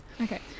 okay